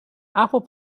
apple